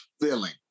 feeling